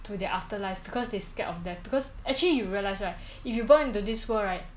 to the afterlife because they scared of death because actually you realise right if you born into this world right